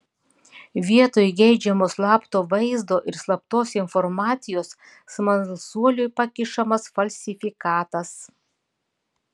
vietoj geidžiamo slapto vaizdo ir slaptos informacijos smalsuoliui pakišamas falsifikatas